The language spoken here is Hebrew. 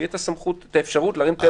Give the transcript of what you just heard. שתהיה האפשרות להרים טלפון למישהו.